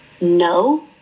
no